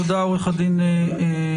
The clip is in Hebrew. תודה עורך דין נזרי.